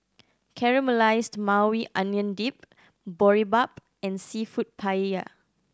Caramelized Maui Onion Dip Boribap and Seafood Paella